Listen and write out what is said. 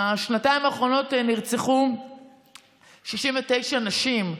בשנתיים האחרונות נרצחו 69 נשים,